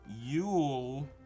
Yule